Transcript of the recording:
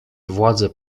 władze